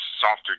softer